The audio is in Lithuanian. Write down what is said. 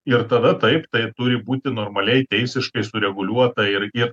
ir tada taip tai ir turi būti normaliai teisiškai sureguliuota ir ir